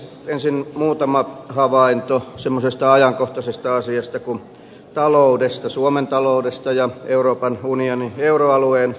ensin muutama havainto semmoisesta ajankohtaisesta asiasta kuin taloudesta suomen taloudesta ja euroopan unionin euroalueen ta loudesta